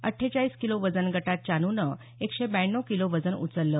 अट्ठेचाळीस किलो वजन गटात चानूनं एकशे ब्याण्णव किलो वजन उचललं